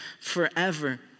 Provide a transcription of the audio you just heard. forever